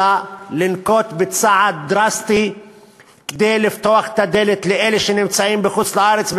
אלא לנקוט צעד דרסטי כדי לפתוח את הדלת לאלה שנמצאים בחוץ-לארץ,